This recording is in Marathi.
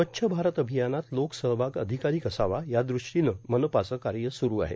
स्वच्छ भारत अर्भभयानात लोकसहभाग अर्धिर्काधिक असावा यादृष्टीने मनपाचे काय सुरू आहे